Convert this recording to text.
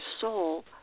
soul